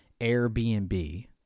Airbnb